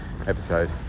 episode